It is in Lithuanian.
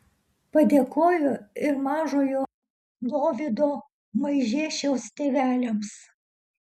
padėkojo ir mažojo dovydo maižiešiaus tėveliams